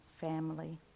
family